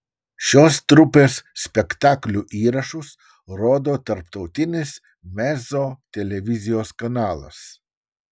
šios trupės spektaklių įrašus rodo tarptautinis mezzo televizijos kanalas